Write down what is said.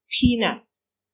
peanuts